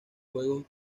juegos